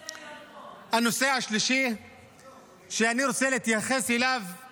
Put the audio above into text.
הנושא השלישי שאני רוצה להתייחס אליו הוא